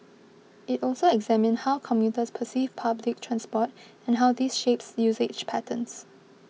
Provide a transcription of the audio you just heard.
it also examined how commuters perceive public transport and how this shapes usage patterns